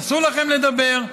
אסור לכם לדבר,